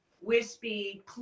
wispy